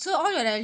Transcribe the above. ya